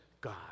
God